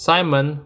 Simon